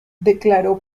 declaró